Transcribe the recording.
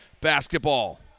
basketball